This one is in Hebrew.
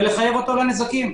ולחייב אותו על הנזקים.